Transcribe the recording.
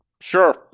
Sure